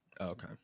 Okay